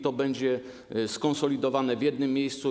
To będzie skonsolidowane w jednym miejscu.